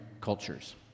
cultures